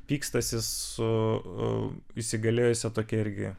pykstasi su įsigalėjusia tokia irgi